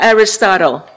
Aristotle